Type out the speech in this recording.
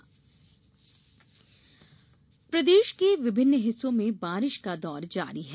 मौसम प्रदेश के विभिन्न हिस्सों में बारिश का दौर जारी है